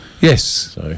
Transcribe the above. Yes